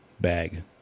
bag